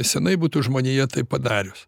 seniai būtų žmonija tai padarius